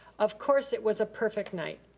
of course, it was a perfect night.